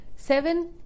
seven